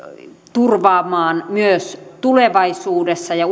turvaamaan myös tulevaisuudessa ja